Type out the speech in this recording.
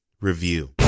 review